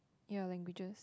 ya languages